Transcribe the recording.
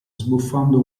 sbuffando